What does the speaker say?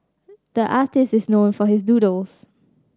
the artist is known for his doodles